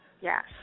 Yes